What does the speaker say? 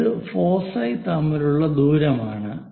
ഇത് ഫോസൈ തമ്മിലുള്ള ദൂരം ആണ്